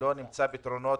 שלא נמצא פתרונות.